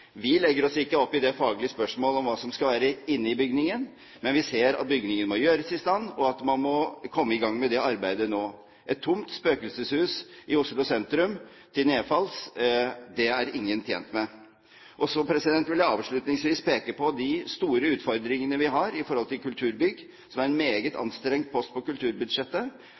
Vi legger oss ikke opp i det faglige spørsmålet om hva som skal være inne i bygningen, men vi ser at bygningen må gjøres i stand, og at man må komme i gang med det arbeidet nå. Et tomt spøkelseshus i Oslo sentrum til nedfalls er ingen tjent med. Så vil jeg avslutningsvis peke på de store utfordringene vi har i forhold til kulturbygg, som er en meget anstrengt post på kulturbudsjettet.